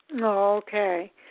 Okay